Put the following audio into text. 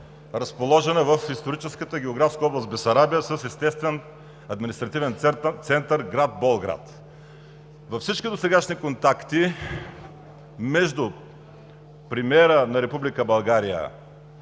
разположена в историческата географска област Бесарабия с естествен административен център град Болград. Във всички досегашни контакти между премиера на Република България